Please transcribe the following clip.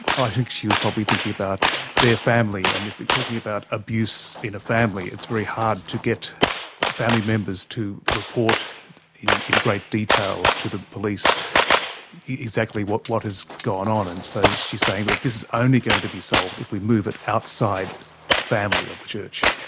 i think she was probably thinking about their family. and if we're talking about abuse in a family, it's very hard to get family members to report in in great detail to the police exactly what what has gone on, and so she is saying that this is only going to be solved if we move it outside family of the church.